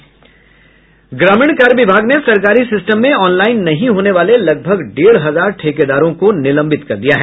ग्रामीण कार्य विभाग ने सरकारी सिस्टम में ऑनलाईन नहीं होने वाले लगभग डेढ़ हजार ठेकेदार को निलंबित कर दिया है